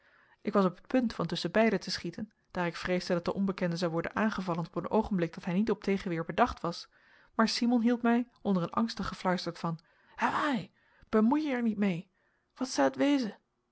ik was op het punt van tusschen beiden te schieten daar ik vreesde dat de onbekende zou worden aangevallen op een oogenblik dat hij niet op tegenweer bedacht was maar simon hield mij onder een angstig gefluister van hawaai bhemoei er je niet meê wat zel et wezen